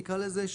נקרא לזה,